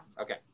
Okay